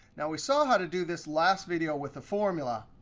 now, we saw how to do this last video with a formula.